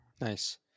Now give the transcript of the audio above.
nice